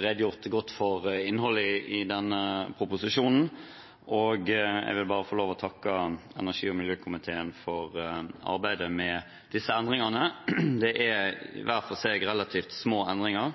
redegjort godt for innholdet i denne proposisjonen, og jeg vil takke energi- og miljøkomiteen for arbeidet med disse endringene. Det er hver for seg relativt små endringer,